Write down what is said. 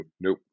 no